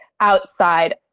outside